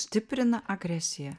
stiprina agresiją